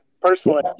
personally